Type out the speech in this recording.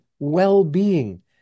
well-being